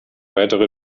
weitere